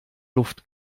luft